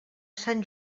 sant